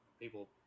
People